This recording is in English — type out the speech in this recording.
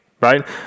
right